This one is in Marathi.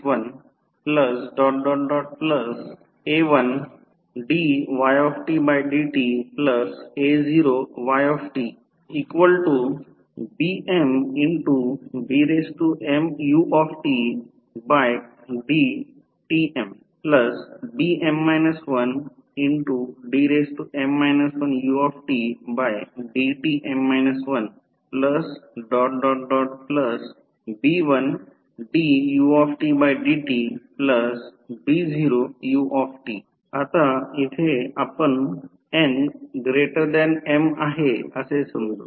dnydtnan 1dn 1ydtn 1a1dytdta0ytbmdmutdtmbm 1dm 1utdtm 1b1dutdtb0ut आता येथे आपण nm आहे असे समजू